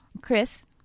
Chris